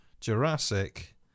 Jurassic